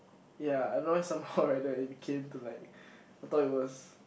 ya I don't know why somehow right the became to like I thought it was